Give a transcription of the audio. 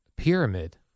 pyramid